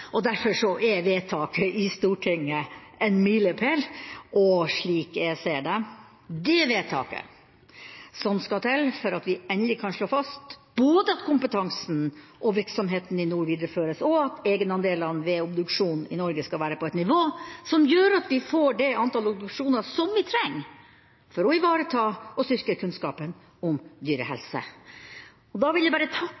Derfor er vedtaket i Stortinget en milepæl og – slik jeg ser det – det vedtaket som skal til for at vi endelig kan slå fast både at kompetansen og virksomheten i nord videreføres, og at egenandelene ved obduksjon i Norge skal være på et nivå som gjør at vi får det antall obduksjoner som vi trenger for å ivareta og styrke kunnskapen om dyrehelse. Så vil jeg takke næringskomiteens medlemmer så mye, og